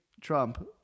Trump